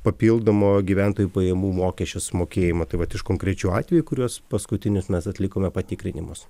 papildomo gyventojų pajamų mokesčio sumokėjimo tai vat iš konkrečių atvejų kuriuos paskutinius mes atlikome patikrinimus